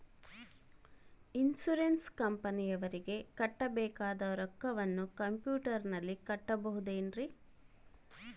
Insurance ಕಂಪನಿಯವರಿಗೆ ಕಟ್ಟಬೇಕಾದ ರೊಕ್ಕವನ್ನು ಕಂಪ್ಯೂಟರನಲ್ಲಿ ಕಟ್ಟಬಹುದ್ರಿ?